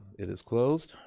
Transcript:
it is closed.